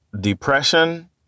depression